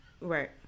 right